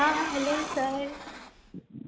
आं hello sir